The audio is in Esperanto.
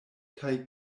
kaj